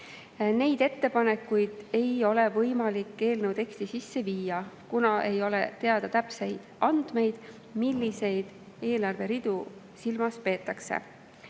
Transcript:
Neid ettepanekuid ei ole võimalik eelnõu teksti sisse viia, kuna ei ole teada täpsed andmed, milliseid eelarveridu silmas peetakse.